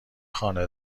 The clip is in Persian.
خانه